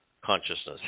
consciousness